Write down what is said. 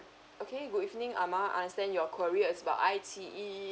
okay good evening amar understand your query is about I_T_E